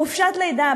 חופשת לידה,